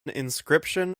inscription